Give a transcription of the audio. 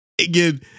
again